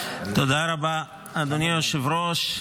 תודה רבה, אדוני היושב-ראש.